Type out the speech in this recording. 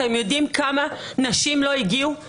אתם יודעים כמה נשים לא הגיעו?